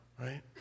right